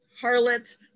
harlot